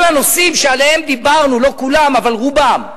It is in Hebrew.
כל הנושאים שעליהם דיברנו, לא כולם, אבל רובם,